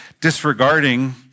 disregarding